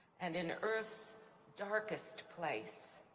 and in earth's darkest place,